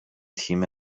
تیم